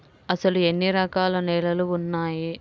అసలు ఎన్ని రకాల నేలలు వున్నాయి?